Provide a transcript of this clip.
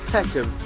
Peckham